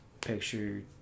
picture